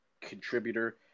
contributor